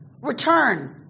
return